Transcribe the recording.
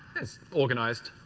it's organized.